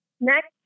Next